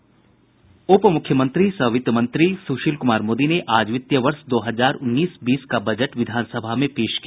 उप मुख्यमंत्री सह वित्त मंत्री सुशील कुमार मोदी ने आज वित्तीय वर्ष दो हजार उन्नीस बीस का बजट विधान सभा में पेश किया